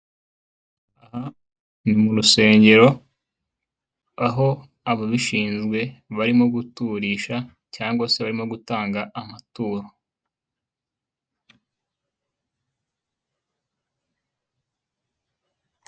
Aha n'urusengero aho ababishinzwe barimo guturisha cyangwa se barimo gutanga amaturo.